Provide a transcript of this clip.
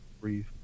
breathe